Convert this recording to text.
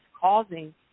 causing